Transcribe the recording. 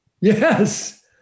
Yes